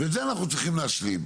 את זה אנחנו צריכים להשלים.